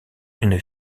une